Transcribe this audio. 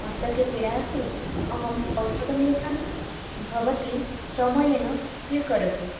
मस्तके पीडा अस्ति अहम् औषधं लिखामि भवती समयेन स्वीकरोतु